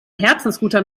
herzensguter